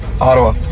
Ottawa